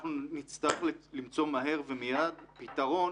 אנחנו נצטרך למצוא מהר ומיד פתרון